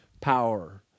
power